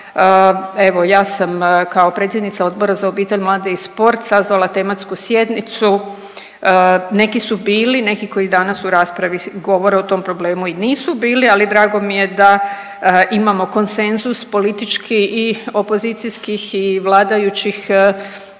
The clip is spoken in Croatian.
Evo ja sam kao predsjednica Odbora za obitelj, mlade i sport sazvala tematsku sjednicu, neki su bili, neki koji danas u raspravi govore o tom problemu i nisu bili, ali drago mi je da imamo konsenzus politički i opozicijskih i vladajućih